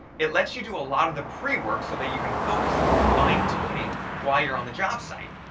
it lets you do a lot of the pre-work so that you can focus on fine-tuning while you're on the job site.